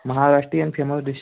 Maharashtrian famous dishes